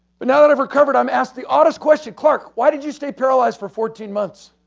but now that i've recovered i'm asked the oddest question. clark, why did you stay paralyzed for fourteen months?